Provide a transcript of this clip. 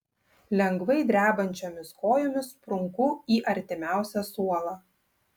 lengvai drebančiomis kojomis sprunku į artimiausią suolą